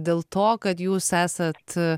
dėl to kad jūs esat